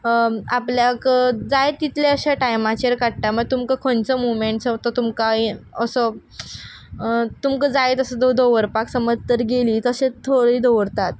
आपल्याक जाय तितले अशे टायमाचेर काडटा मात तुमकां खंयंचो मुमेंट समत तो तुमकां यें असो तुमकां जाय तसो तो दवरपाक समत तर गेलीं तशें थोडी दवरतात